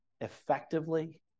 effectively